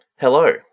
Hello